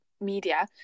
Media